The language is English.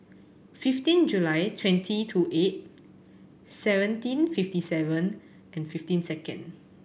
fifteen July twenty two eight seventeen fifty seven and fifteen second